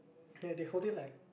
ya they hold it like